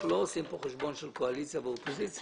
אנחנו לא עושים כאן חשבון של קואליציה ואופוזיציה.